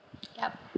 yup